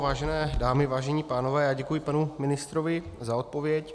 Vážené dámy, vážení pánové, děkuji panu ministrovi za odpověď.